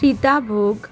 Sitabhog